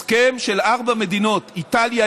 הסכם של ארבע מדינות: איטליה,